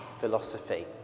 philosophy